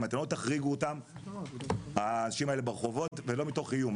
אם אתם לא תחריגו אותם האנשים האלה ברחובות ולא מתוך איום.